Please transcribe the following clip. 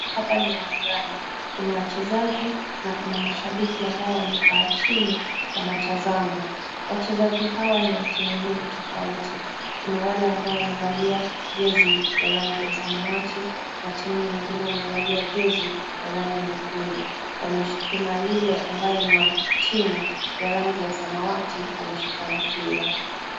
Hapa ni uwanjani, kuna wachezaji na kuna mashabiki ambao wamekaa chini wanatazama. Wachezaji hawa ni wa timu mbili tofauti. Kuna wale ambao wamevalia jezi ya rangi ya samawati na timu nyingine wamevalia jezi ya rangi nyekundu. Kuna yule ni wa timu ya rangi ya samawati, ameshika mpira.